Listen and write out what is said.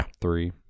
three